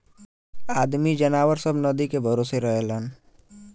आदमी जनावर सब नदी के भरोसे रहलन